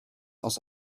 aus